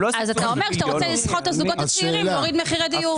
אז אתה אומר שאתה רוצה לסחוט את הזוגות הצעירים להוריד מחירי דיור.